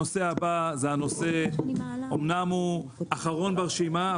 הנושא הבא אומנם אחרון ברשימה,